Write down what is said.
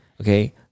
Okay